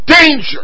Danger